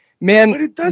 man